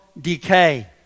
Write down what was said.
decay